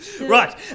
Right